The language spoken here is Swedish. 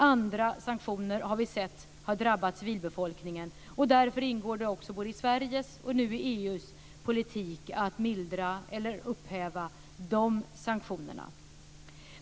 Andra sanktioner har vi sett har drabbat civilbefolkningen, och därför ingår det också i både Sveriges och nu i EU:s politik att upphäva de sanktionerna.